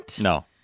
No